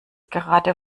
gerade